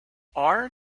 are